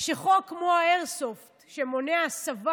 כשחוק כמו האיירסופט, שמונע הסבה